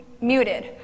muted